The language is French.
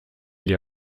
les